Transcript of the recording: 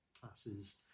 classes